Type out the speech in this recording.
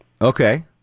Okay